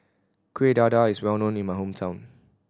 Kuih Dadar is well known in my hometown